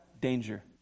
danger